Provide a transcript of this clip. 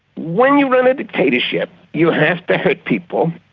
when you run a dictatorship, you have to hurt people,